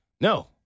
No